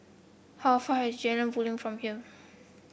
how far is Jalan Basong from here